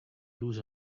lose